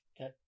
Okay